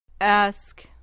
Ask